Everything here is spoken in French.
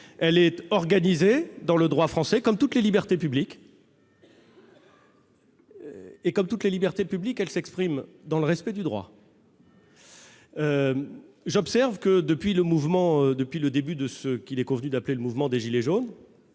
est organisée, dans le droit français, comme toutes les libertés publiques, et, comme toutes les libertés publiques, elle s'exprime dans le respect du droit. Bien sûr ! J'observe que, depuis le début de ce qu'il est convenu d'appeler le mouvement des « gilets jaunes